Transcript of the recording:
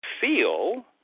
feel